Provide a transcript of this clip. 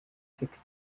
sixth